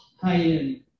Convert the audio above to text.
high-end